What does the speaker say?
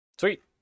Sweet